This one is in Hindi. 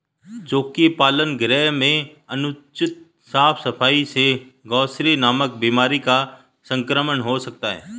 चोकी पालन गृह में अनुचित साफ सफाई से ग्रॉसरी नामक बीमारी का संक्रमण हो सकता है